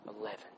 eleven